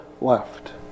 left